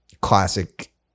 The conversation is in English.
classic